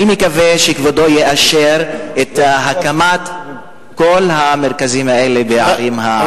אני מקווה שכבודו יאשר את הקמת כל המרכזים האלה בערים הגדולות.